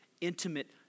intimate